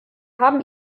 haben